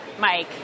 Mike